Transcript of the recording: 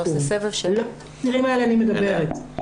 לא על האסירים האלה אני מדברת,